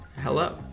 Hello